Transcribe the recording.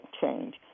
change